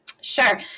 Sure